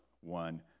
one